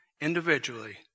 individually